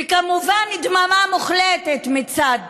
וכמובן, דממה מוחלטת מצד